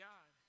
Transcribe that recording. God